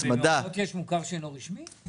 במעונות יש מוכר שאינו רשמי?